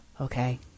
okay